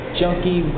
junkie